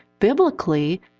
biblically